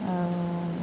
ଆଉ